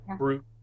brute